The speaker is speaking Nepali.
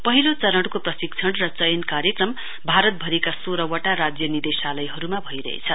पहिलो चरणको प्रशिक्षण र चयन कार्यक्रम भारतभरिका सोह्रवटा राज्य निदेशालयहरुमा भइरहेछ